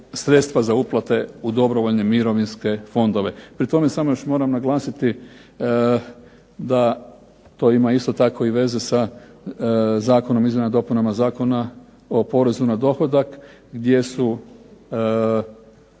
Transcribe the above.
u dobrovoljne mirovinske fondove. Pri tome samo još moram naglasiti da to ima isto tako i veze sa zakonom, izmjenama i dopunama Zakona o porezu na dohodak, gdje su